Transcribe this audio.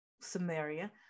samaria